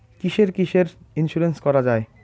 কিসের কিসের ইন্সুরেন্স করা যায়?